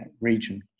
region